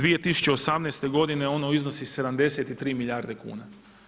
2018. godine ono iznosi 73 milijarde kuna.